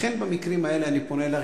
לכן במקרים האלה אני פונה אלייך,